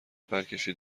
پرکشید